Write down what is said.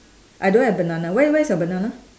I don't have banana where where is your banana